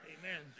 Amen